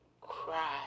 cry